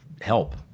help